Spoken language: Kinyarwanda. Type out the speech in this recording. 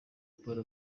polly